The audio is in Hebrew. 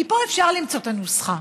כי פה אפשר למצוא את הנוסחה,